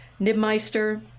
Nibmeister